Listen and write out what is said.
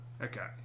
Okay